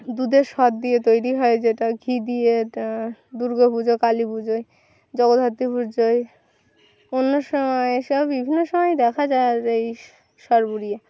দুধের সর দিয়ে তৈরি হয় যেটা ঘি দিয়ে এটা দুর্গা পুজো কালী পুজোয় জগদ্ধাত্রী পুজোয় অন্য সময় এসবও বিভিন্ন সময়ে দেখা যায় আর এই সরপুরিয়া